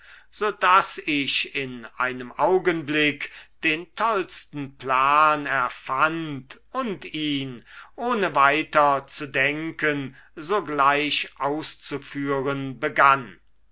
daß ich in einem augenblick den tollsten plan erfand und ihn ohne weiter zu denken sogleich auszuführen begann